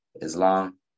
Islam